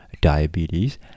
diabetes